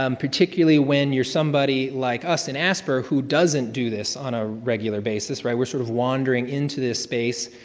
um particularly when you're somebody like us in asper who doesn't do this on a regular basis. right? we're sort of wandering into this space,